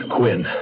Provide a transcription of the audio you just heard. Quinn